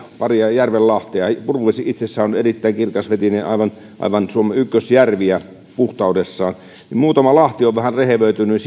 järven lahtea puruvesi itsessään on erittäin kirkasvetinen aivan aivan suomen ykkösjärviä puhtaudessaan muutama lahti on vähän rehevöitynyt